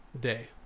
Day